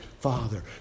Father